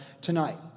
tonight